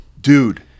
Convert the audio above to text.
Dude